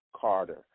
Carter